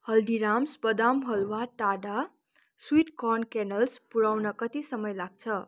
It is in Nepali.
हल्दीराम्स बदाम हलुवा टाडा स्विट कर्न केनर्ल्स पुऱ्याउन कति समय लाग्छ